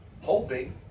hoping